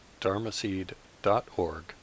dharmaseed.org